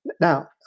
Now